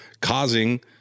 causing